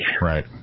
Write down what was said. Right